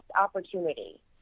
opportunity